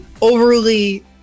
overly